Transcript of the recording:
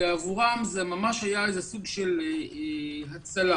עבורם זו היה סוג של הצלה.